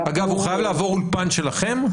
אגב, הוא חייב לעבור אולפן שלכם?